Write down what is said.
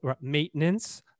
Maintenance